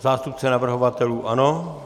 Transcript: Zástupce navrhovatelů, ano.